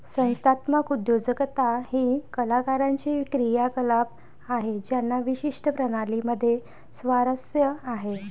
संस्थात्मक उद्योजकता ही कलाकारांची क्रियाकलाप आहे ज्यांना विशिष्ट प्रणाली मध्ये स्वारस्य आहे